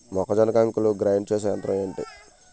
మొక్కజొన్న కంకులు గ్రైండ్ చేసే యంత్రం ఏంటి?